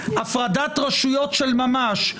הפרדת רשויות של ממש,